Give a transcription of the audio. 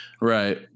Right